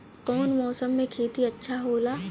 कौन मौसम मे खेती अच्छा होला?